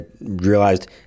realized